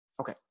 Okay